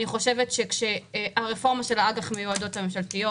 אני חושבת שהרפורמה של האג"ח מיועדות הממשלתיות